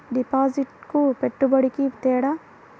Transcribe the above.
డిపాజిట్కి పెట్టుబడికి తేడా?